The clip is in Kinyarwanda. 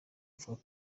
avuga